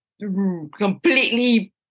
completely